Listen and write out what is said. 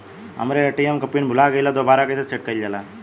हमरे ए.टी.एम क पिन भूला गईलह दुबारा कईसे सेट कइलजाला?